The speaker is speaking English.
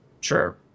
sure